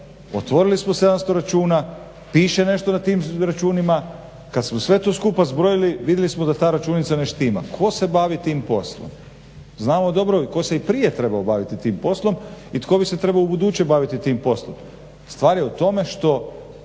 otvorili smo 700 računa, piše nešto na tim računima, kad smo sve to skupa zbrojili vidjeli smo da ta računica ne štima. Tko se bavi tim poslom? Znamo dobro tko se i prije trebao baviti tim poslom i tko bi se trebao ubuduće baviti tim poslom. Stvar je u tome što